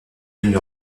une